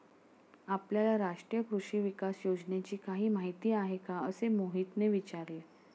आपल्याला राष्ट्रीय कृषी विकास योजनेची काही माहिती आहे का असे मोहितने विचारले?